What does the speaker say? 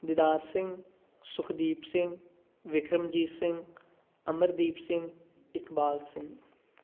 Didar Singh Sukhdeep Singh Vikramjit Singh Amardeep Singh Iqbal Singh